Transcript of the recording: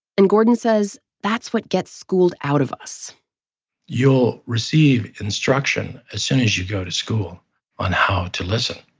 and gordon says that's what gets schooled out of us you'll receive instruction as soon as you go to school on how to listen.